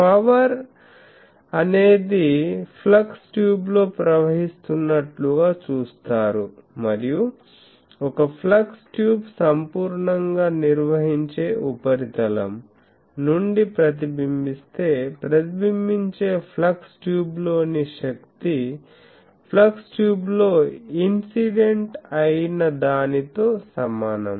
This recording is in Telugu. పవర్ అనేది ఫ్లక్స్ ట్యూబ్లో ప్రవహిస్తున్నట్లుగా చూస్తారు మరియు ఒక ఫ్లక్స్ ట్యూబ్ సంపూర్ణంగా నిర్వహించే ఉపరితలంerfectly conducting surface నుండి ప్రతిబింబిస్తే ప్రతిబింబించే ఫ్లక్స్ ట్యూబ్లోని శక్తి ఫ్లక్స్ ట్యూబ్లో ఇన్సిడెంట్ అయిన దానితో సమానం